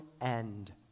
end